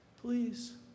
please